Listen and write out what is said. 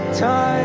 time